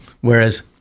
Whereas